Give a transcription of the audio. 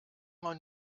man